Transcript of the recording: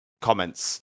comments